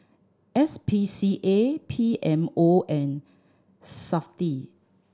S P C A P M O and Safti